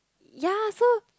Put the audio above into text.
ya so